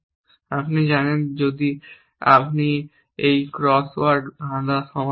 আপনি জানেন যদি আপনি একটি ক্রসওয়ার্ড ধাঁধা সমাধান করেন